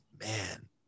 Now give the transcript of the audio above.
man